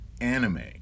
anime